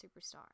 superstar